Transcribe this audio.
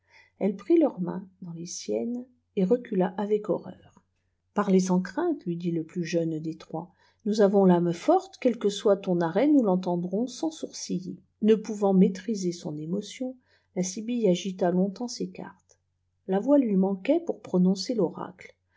elle prit leurs mains dans les sieimes et recula avec horreur parlez sans crainte lui dit le plus jeune des trois nous avons lame forte qiel que soit ton arrêt nous tentendrons sans sourciller ne pouvant maîtriser son émotion la sibylle agita longtemps ses cartes la voix lui manquait pour prononcer toracle